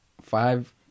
five